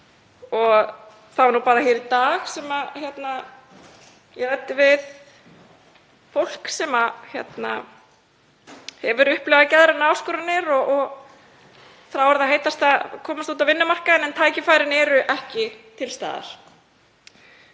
Það var nú bara í dag sem ég ræddi við fólk sem hefur upplifað geðrænar áskoranir og þráir það heitast að komast út á vinnumarkaðinn en tækifærin eru ekki til staðar.